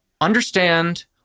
understand